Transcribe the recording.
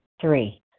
Three